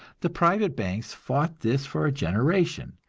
the private banks fought this for a generation,